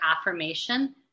affirmation